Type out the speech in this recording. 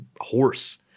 horse